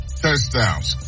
touchdowns